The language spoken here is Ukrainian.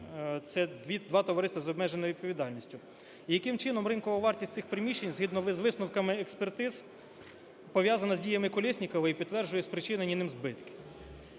(це два товариства з обмеженою відповідальністю) і яким чином ринкова вартість цих приміщень згідно з висновками експертиз пов'язана з діями Колєснікова і підтверджує спричинені ним збитки.